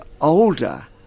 older